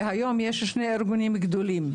והיום יש שני ארגונים גדולים.